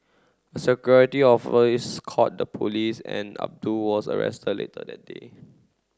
a security called the police and Abdul was arrested later that day